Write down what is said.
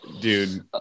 Dude